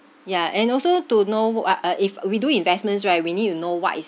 yeah and also to know work ah ah if uh we do investments right we need to know what is